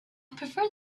prefer